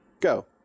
go